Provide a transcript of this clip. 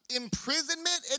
imprisonment